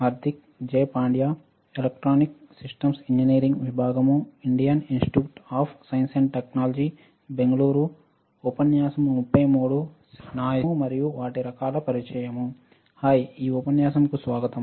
hi ఈ ఉపన్యాసంకు స్వాగతం